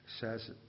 says